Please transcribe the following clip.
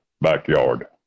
backyard